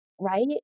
right